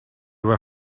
were